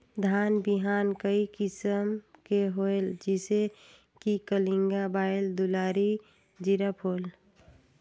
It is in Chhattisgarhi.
धान बिहान कई किसम के होयल जिसे कि कलिंगा, बाएल दुलारी, जीराफुल?